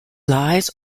lies